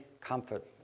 comfort